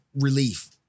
relief